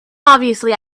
obviously